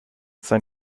sein